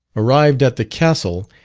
arrived at the castle,